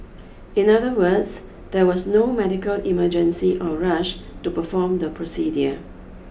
in other words there was no medical emergency or rush to perform the procedure